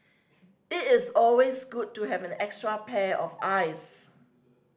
it is always good to have an extra pair of eyes